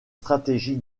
stratégies